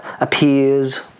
appears